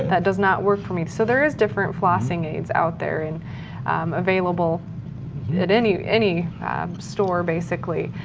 that does not work for me, so there is different flossing aids out there and available at any any store, basically,